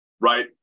right